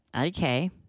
okay